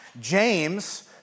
James